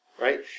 right